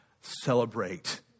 celebrate